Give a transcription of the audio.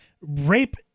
rape